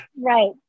Right